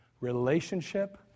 relationship